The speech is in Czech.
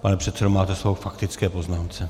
Pane předsedo, máte slovo k faktické poznámce.